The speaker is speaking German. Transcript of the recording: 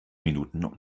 minuten